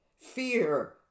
fear